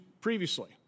previously